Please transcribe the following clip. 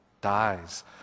dies